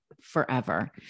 forever